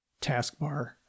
taskbar